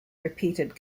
repeated